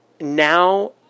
Now